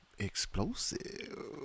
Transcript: Explosive